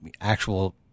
actual